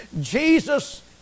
Jesus